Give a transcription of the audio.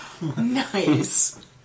Nice